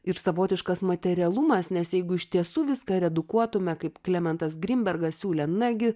ir savotiškas materialumas nes jeigu iš tiesų viską redukuotume kaip klementas grinbergas siūlė nagi